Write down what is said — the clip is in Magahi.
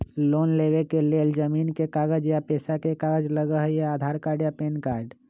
लोन लेवेके लेल जमीन के कागज या पेशा के कागज लगहई या आधार कार्ड या पेन कार्ड?